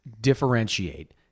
differentiate